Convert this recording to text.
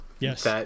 Yes